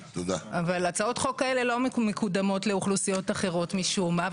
הצעות חוק כאלה לא מקודמות לאוכלוסיות אחרות משום מה,